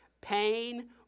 pain